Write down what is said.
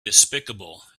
despicable